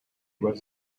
was